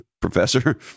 professor